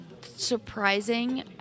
surprising